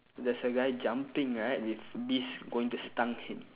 there's a guy jumping right with bees going to stung him